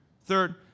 Third